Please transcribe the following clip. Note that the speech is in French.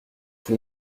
tout